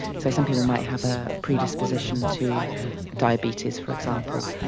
so some people might have a predisposition to diabetes, for example,